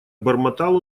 бормотал